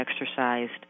exercised